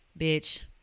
bitch